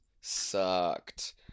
sucked